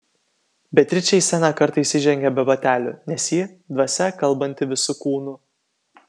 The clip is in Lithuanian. beatričė į sceną kartais įžengia be batelių nes ji dvasia kalbanti visu kūnu